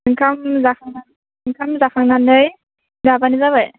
ओंखाम जाखांनानै ओंखाम जाखांनानै जाब्लानो जाबाय